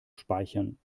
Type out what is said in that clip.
speichern